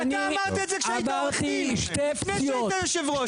אני הרבה שנים בסיפור הזה לא כמוכם מתמודד עם זה באופן ישיר,